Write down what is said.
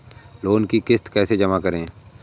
Loan की किश्त कैसे जमा करें?